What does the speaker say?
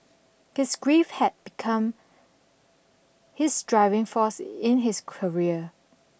his grief had become his driving force in his career